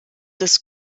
des